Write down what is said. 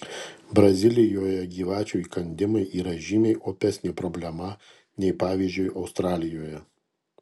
brazilijoje gyvačių įkandimai yra žymiai opesnė problema nei pavyzdžiui australijoje